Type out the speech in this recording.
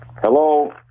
Hello